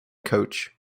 coach